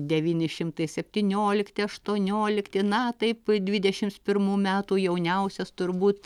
devyni šimtai septyniolikti aštuoniolikti na taip dvidešims pirmų metų jauniausias turbūt